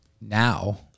now